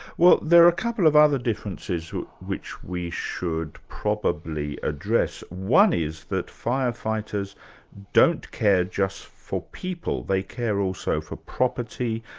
well there are a couple of other differences which we should probably address. one is that firefighters don't care just for people, they care also for property,